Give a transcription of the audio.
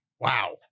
Wow